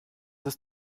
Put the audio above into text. ist